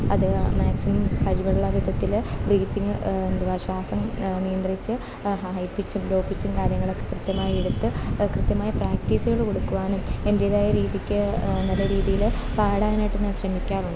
അത് മാക്സിമം കഴിവുള്ള വിധത്തില് ബ്രീത്തിങ്ങ് എന്തുവാ ശ്വാസം നിയന്ത്രിച്ച് ഹൈ പിച്ചും ലോ പിച്ചും കാര്യങ്ങളൊക്കെ കൃത്യമായെടുത്ത് കൃത്യമായ പ്രാക്ടീസുകള് കൊടുക്കുവാനും എൻറ്റേതായ രീതിക്ക് നല്ലരീതിയില് പാടാനായിട്ട് ഞാ ശ്രമിക്കാറുണ്ട്